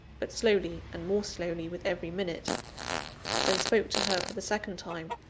but slowly and more slowly with every minute then spoke to her for the second time,